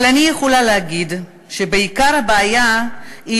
אבל אני יכולה להגיד שעיקר הבעיה הוא